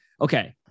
Okay